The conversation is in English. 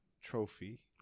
trophy